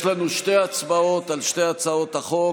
יש לנו שתי הצבעות על שתי הצעות החוק.